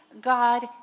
God